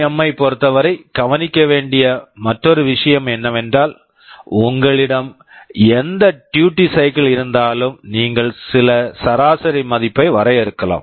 M PWM ஐப் பொறுத்தவரை கவனிக்க வேண்டிய மற்றொரு விஷயம் என்னவென்றால் உங்களிடம் எந்த டியூட்டி சைக்கிள் duty cycle இருந்தாலும் நீங்கள் சில சராசரி மதிப்பை வரையறுக்கலாம்